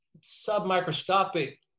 sub-microscopic